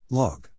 log